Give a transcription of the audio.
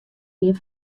ien